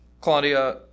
Claudia